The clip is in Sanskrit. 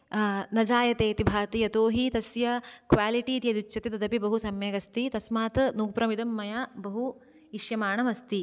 न जायते इति भाति यतोहि तस्य क्वालिटि इति यदुच्यते तदपि बहु सम्यगस्ति तस्मात् नूपुरम् इदं मया बहु इष्यमाणम् अस्ति